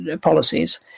policies